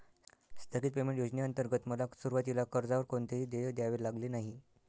स्थगित पेमेंट योजनेंतर्गत मला सुरुवातीला कर्जावर कोणतेही देय द्यावे लागले नाही